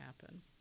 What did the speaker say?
happen